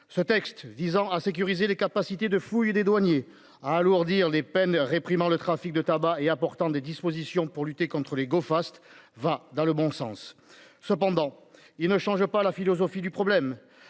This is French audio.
Ce texte visant à sécuriser les capacités de fouille des douaniers à alourdir les peines réprimant le trafic de tabac et importante des dispositions pour lutter contres les Go Fast va dans le bon sens. Cependant, il ne change pas la philosophie du problème.